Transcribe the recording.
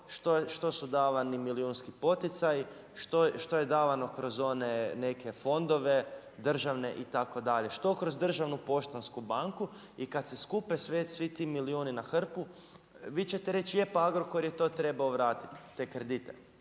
što su davani milijunski poticaji, što je davano kroz one neke fondove, državne itd. Što kroz državnu Poštansku banku i kad se skupe svi ti milijuni na hrpu, vi ćete reći, je pa Agrokor je to trebao vratiti, te kredite.